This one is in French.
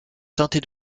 teintée